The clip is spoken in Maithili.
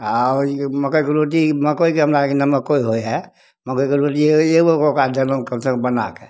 आओर जे मकइके रोटी मकइके हमरा आरके नमको होइ हइ मकइके रोटी एगो कए ओकरा देलहुॅं कम से कम बना कए